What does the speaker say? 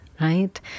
right